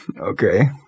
okay